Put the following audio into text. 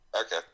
Okay